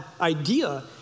idea